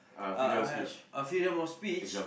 uh have a freedom of speech